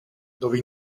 dove